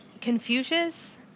Confucius